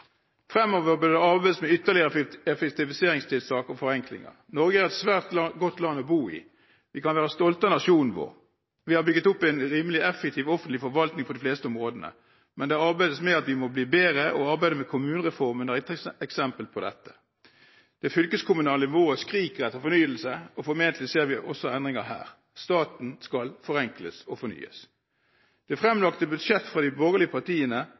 Fremover bør det arbeides med ytterligere effektiviseringstiltak og forenklinger. Norge er et svært godt land å bo i. Vi kan være stolt av nasjonen vår. Vi har bygget opp en rimelig effektiv offentlig forvaltning på de fleste områdene, men det arbeides med at vi må bli bedre, og arbeidet med kommunereformen er et eksempel på dette. Det fylkeskommunale nivået skriker etter fornyelse, og formentlig ser vi også endringer her. Staten skal forenkles og fornyes. Det fremlagte budsjettet fra de borgerlige partiene